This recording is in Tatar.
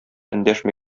эндәшми